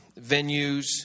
venues